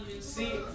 see